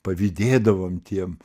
pavydėdavom tiem